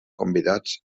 convidats